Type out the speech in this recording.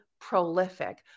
prolific